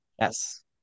Yes